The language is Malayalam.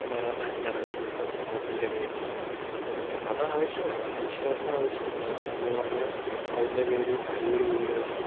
നമ്മുടെ നാട്ടിൽ നടക്കുന്നത് ഇപ്പം മതത്തിൻ്റെ പേരിൽ ഇപ്പം മതം ആവശ്യമാണ് വിശ്വാസം ആവശ്യമാണ് എന്നു പറഞ്ഞു അതിൻ്റെ പേരിൽ അടിപിടി കൂടുക